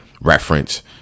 reference